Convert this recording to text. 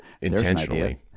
intentionally